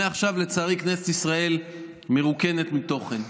מעכשיו, לצערי, כנסת ישראל מרוקנת מתוכן.